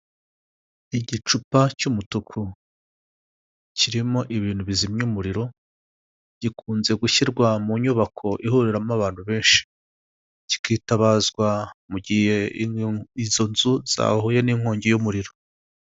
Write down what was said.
Igicupa cy'umutuku kirimo ibintu bizimya umuriro gikunze gushyirwa mu nyubako ihuriramo abantu benshi kikitabazwa mu gihe izo nzu zahuye n'inkongi y'umuriro.